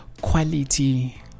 quality